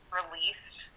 released